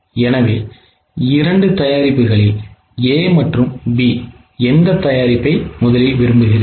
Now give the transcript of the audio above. எனவே இரண்டு தயாரிப்புகளில் A மற்றும் B எந்த தயாரிப்பை முதலில் விரும்புகிறீர்கள்